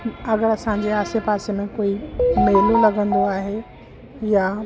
अगरि असांजे आसे पासे में कोई मेलो लॻंदो आहे या